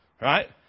right